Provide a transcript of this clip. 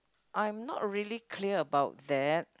I am not really clear about that